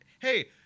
hey